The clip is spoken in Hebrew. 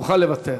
מוכן לוותר.